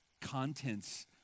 contents